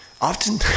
Often